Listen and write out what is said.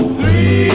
three